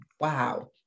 Wow